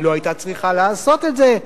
היא לא היתה צריכה לעשות את זה,